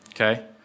Okay